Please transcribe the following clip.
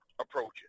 approaches